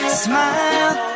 smile